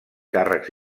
càrrecs